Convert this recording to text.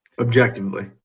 Objectively